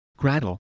Gradle